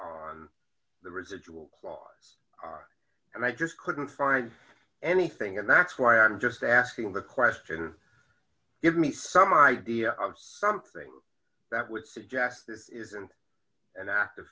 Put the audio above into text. on the residual clause are and i just couldn't find anything and that's why i'm just asking the question or give me some idea of something that would suggest this isn't an act